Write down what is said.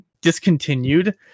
Discontinued